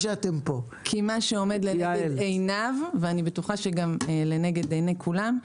מה שעומד לנגד עיניו ואני בטוחה שגם לנגד עיני כולם,